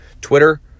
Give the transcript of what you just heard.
Twitter